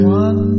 one